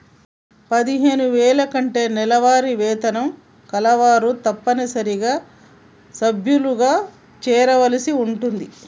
పదిహేను వేల కంటే నెలవారీ వేతనం కలవారు తప్పనిసరిగా సభ్యులుగా చేరవలసి ఉంటుంది